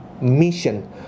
mission